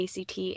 ACT